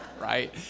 right